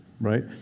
right